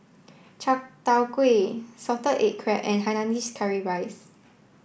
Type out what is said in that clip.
Chai Tow Kuay salted egg crab and Hainanese Curry Rice